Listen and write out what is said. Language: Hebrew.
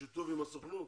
בשיתוף עם הסוכנות?